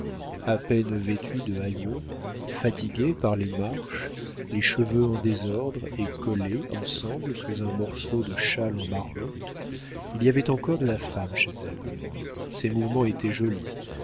a peine vêtue de haillons fatiguée par les marches les cheveux en désordre et collés ensemble sous un morceau de châle en marmotte il y avait encore de la femme chez elle ses mouvements étaient jolis